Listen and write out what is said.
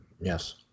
yes